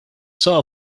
saw